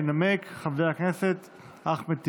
ינמק חבר הכנסת אחמד טיבי.